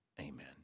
Amen